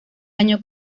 año